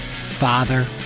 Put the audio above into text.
father